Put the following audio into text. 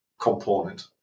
component